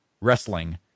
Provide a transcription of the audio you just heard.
Wrestling